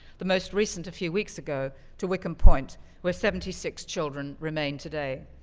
the most recent a few weeks ago to wickham point where seventy six children remain today.